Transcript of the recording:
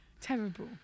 terrible